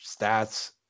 stats